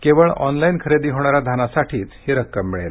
केवळ ऑनलाईन खरेदी होणाऱ्या धानासाठीच ही रक्कम मिळेल